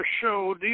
show